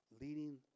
Leading